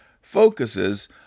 focuses